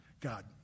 God